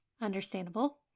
Understandable